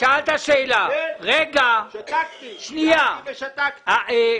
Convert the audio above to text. תדעו